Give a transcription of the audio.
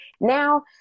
Now